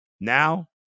Now